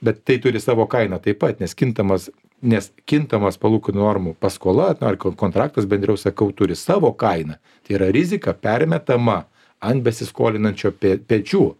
bet tai turi savo kainą taip pat nes kintamas nes kintamas palūkanų normų paskola na ar kon kontraktas bendriau sakau turi savo kainą tai yra rizika permetama ant besiskolinančio pe pečių